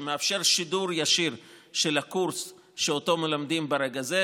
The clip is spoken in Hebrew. שמאפשר שידור ישיר של הקורס שאותו מלמדים ברגע הזה,